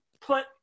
put